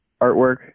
artwork